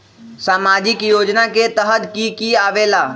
समाजिक योजना के तहद कि की आवे ला?